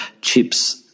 chips